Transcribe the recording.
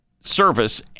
service